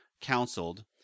counseled